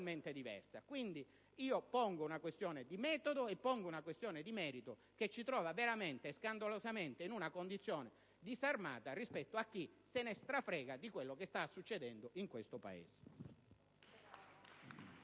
Quindi, io pongo una questione di metodo e una di merito, che ci pongono, veramente e scandalosamente, in una condizione disarmata rispetto a chi se ne "strafrega" di quanto sta accadendo in questo Paese.